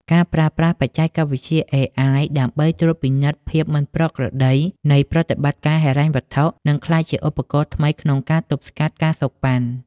ការប្រើប្រាស់បច្ចេកវិទ្យា AI ដើម្បីត្រួតពិនិត្យភាពមិនប្រក្រតីនៃប្រតិបត្តិការហិរញ្ញវត្ថុ នឹងក្លាយជាឧបករណ៍ថ្មីក្នុងការទប់ស្កាត់ ការសូកប៉ាន់។